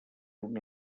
una